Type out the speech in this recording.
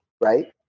right